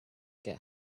get